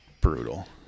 brutal